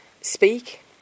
speak